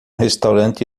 restaurante